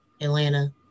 Atlanta